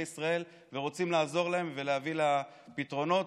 ישראל ורוצים לעזור להם ולהביא פתרונות.